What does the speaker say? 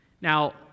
Now